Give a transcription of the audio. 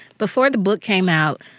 before the book came out,